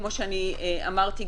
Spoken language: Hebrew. כמו שאמרתי,